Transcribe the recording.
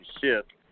shift